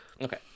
Okay